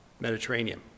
Mediterranean